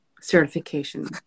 Certification